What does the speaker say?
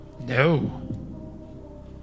No